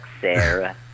Sarah